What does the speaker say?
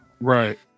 Right